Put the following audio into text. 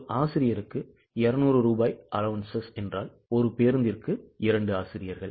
ஒரு ஆசிரியருக்கு 200 ரூபாய் allowances என்றால் ஒரு பேருந்திற்கு 2 ஆசிரியர்கள்